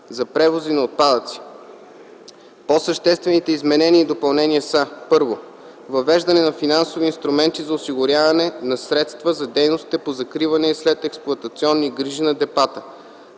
за превози на отпадъци. По-съществените изменения и допълнения са: 1. Въвеждане на финансови инструменти за осигуряване на средства за дейностите по закриване и следексплоатационни грижи на депата.